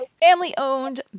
family-owned